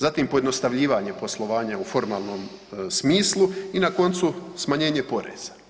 Zatim pojednostavljivanje poslovanja u formalnom smislu i na koncu smanjene poreza.